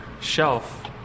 shelf